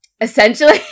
Essentially